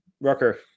Rucker